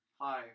Hi